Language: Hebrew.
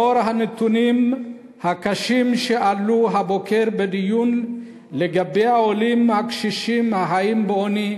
לאור הנתונים הקשים שעלו הבוקר בדיון לגבי העולים הקשישים החיים בעוני,